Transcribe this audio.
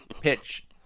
Pitch